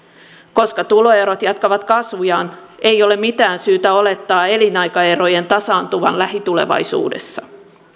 koska tuloerot jatkavat kasvuaan ei ole mitään syytä olettaa elinaikaerojen tasaantuvan lähitulevaisuudessa